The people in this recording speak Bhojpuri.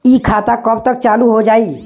इ खाता कब तक चालू हो जाई?